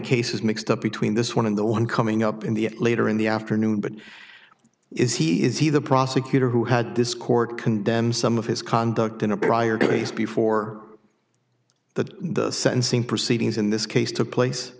cases mixed up between this one of the one coming up in the later in the afternoon but is he is he the prosecutor who had this court condemned some of his conduct in a prior days before the sentencing proceedings in this case took place